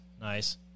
Nice